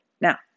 Now